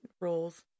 roles